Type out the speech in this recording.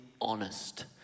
honest